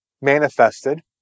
manifested